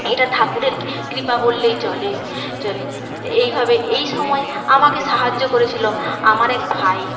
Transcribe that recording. এটা ঠাকুরের কৃপা বললেই চলে এইভাবে এই সময় আমাকে সাহায্য করেছিলো আমার এক ভাই